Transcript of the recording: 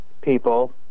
people